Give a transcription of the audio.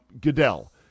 Goodell